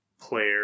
Player